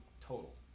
total